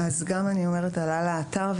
זה גם עלה לאתר,